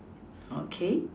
okay